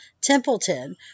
Templeton